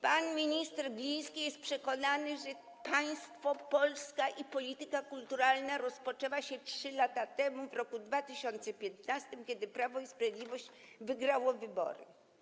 Pan minister Gliński jest przekonany, że państwo, Polska i polityka kulturalna rozpoczęły się 3 lata temu, w roku 2015, kiedy Prawo i Sprawiedliwość wygrało wybory.